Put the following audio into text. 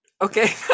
Okay